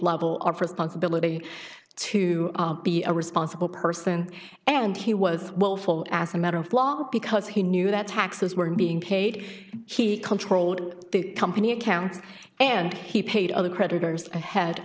level of response ability to be a responsible person and he was willful as a matter of law because he knew that taxes were being paid he controlled the company accounts and he paid other creditors ahead